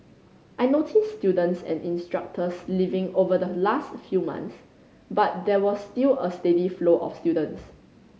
I noticed students and instructors leaving over the last few months but there was still a steady flow of students